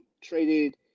traded